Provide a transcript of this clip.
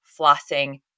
flossing